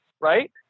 right